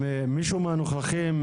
מישהו מהנוכחים,